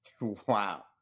Wow